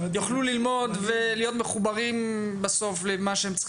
יוכלו ללמוד ולהיות מחוברים למה שהם צריכים